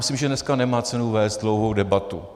Myslím, že dneska nemá cenu vést dlouhou debatu.